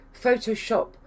Photoshop